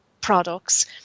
products